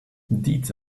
deeds